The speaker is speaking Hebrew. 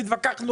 התווכחנו,